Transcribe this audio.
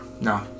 No